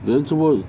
then 做么